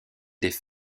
des